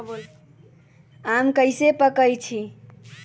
आम कईसे पकईछी?